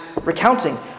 recounting